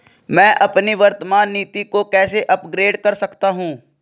मैं अपनी वर्तमान नीति को कैसे अपग्रेड कर सकता हूँ?